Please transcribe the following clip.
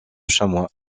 chamois